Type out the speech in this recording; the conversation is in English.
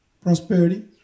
prosperity